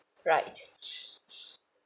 right